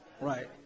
Right